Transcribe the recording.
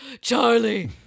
Charlie